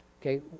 okay